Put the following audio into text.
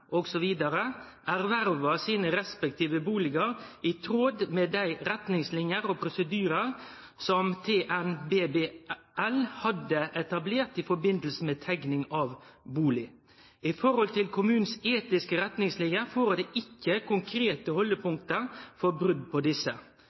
… «ervervet sine respektive boliger i tråd med de retningslinjer og prosedyrer som TNBBL hadde etablert i forbindelse med tegning av bolig. I forhold til kommunens etiske retningslinjer forligger det ikke konkrete